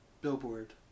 billboard